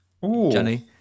Jenny